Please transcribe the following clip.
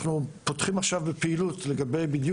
אנחנו פותחים עכשיו בפעילות לגבי באמת